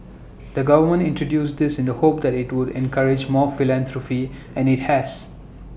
the government introduced this in the hope that IT would encourage more philanthropy and IT has